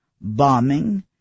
bombing